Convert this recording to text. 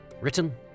Written